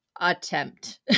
attempt